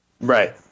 Right